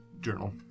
journal